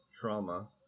trauma